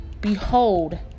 Behold